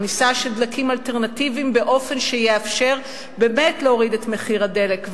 כניסה של דלקים אלטרנטיביים באופן שיאפשר באמת להוריד את מחיר הדלק,